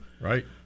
Right